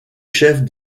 chefs